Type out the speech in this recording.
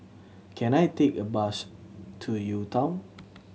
can I take a bus to U Town